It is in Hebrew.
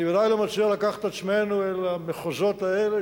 אני ודאי לא מציע לקחת את עצמנו אל המחוזות האלה,